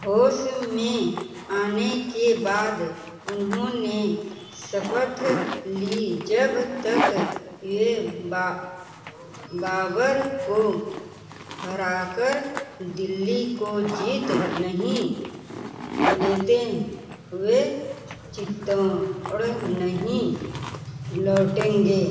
होश में आने के बाद उन्होंने शपथ ली जब तक वे बा बाबर को हरा कर दिल्ली को जीत नहीं लेते वे चित्तौड़ नहीं लौटेंगे